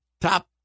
top